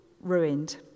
ruined